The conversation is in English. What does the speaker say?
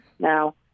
Now